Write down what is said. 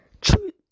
Truth